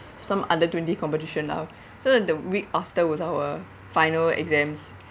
some under-twenty competition lah so then the week after was our final exams